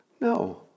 No